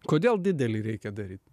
kodėl didelį reikia daryt